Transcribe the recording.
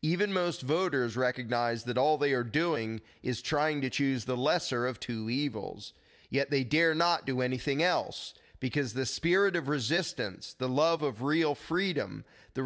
even most voters recognize that all they are doing is trying to choose the lesser of two evils yet they dare not do anything else because the spirit of resistance the love of real freedom the